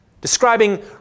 Describing